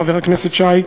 חבר הכנסת שי.